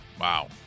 wow